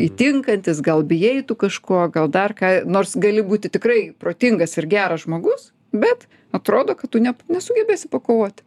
įtinkantis gal bijai tu kažko gal dar ką nors gali būti tikrai protingas ir geras žmogus bet atrodo kad tu ne nesugebėsi pakovot